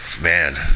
Man